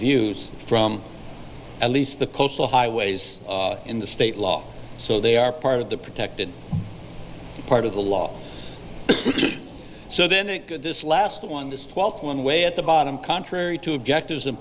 views from at least the coastal highways in the state law so they are part of the protected part of the law so then it could this last one this twelve one way at the bottom contrary to objectives